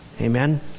Amen